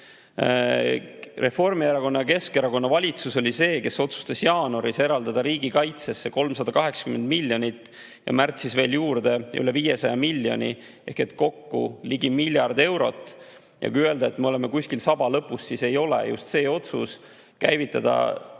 Reformierakonna ja Keskerakonna valitsus oli see, kes otsustas jaanuaris eraldada riigikaitsesse 380 miljonit ja märtsis veel juurde üle 500 miljoni ehk kokku ligi miljard eurot. Kui öeldakse, et me oleme kuskil saba lõpus, siis ei ole. Just see otsus käivitada